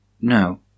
No